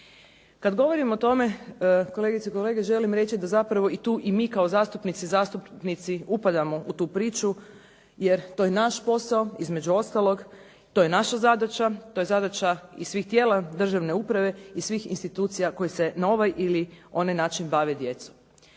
Kada govorimo o tome kolegice i kolege želim reći da zapravo i tu mi kao zastupnici, zastupnice upadamo u tu priču jer to je naš posao između ostalog, to je naša zadaća, to je zadaća i svih tijela državne uprave i svih institucija koje se na ovaj ili onaj način bave djecom.